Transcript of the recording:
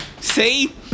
See